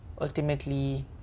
ultimately